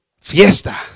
Fiesta